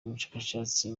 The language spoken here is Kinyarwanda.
umushakashatsi